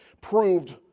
proved